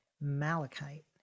Malachite